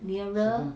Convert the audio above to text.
nearer